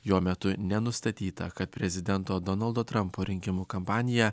jo metu nenustatyta kad prezidento donaldo trampo rinkimų kampanija